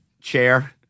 chair